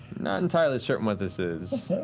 not entirely certain what this is.